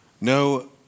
No